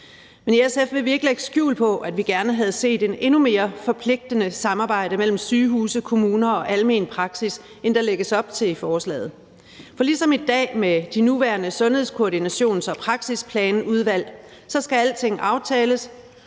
Men i SF vil vi ikke lægge skjul på, at vi gerne havde set et endnu mere forpligtende samarbejde mellem sygehuse, kommuner og almen praksis, end der lægges op til i forslaget. For ligesom i dag – med de nuværende sundhedskoordinations- og praksisplanudvalg – skal alting aftales,